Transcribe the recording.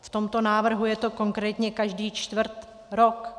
V tomto návrhu je to konkrétně každý čtvrt rok.